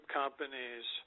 companies